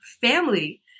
family